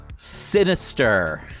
sinister